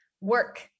work